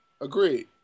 Agreed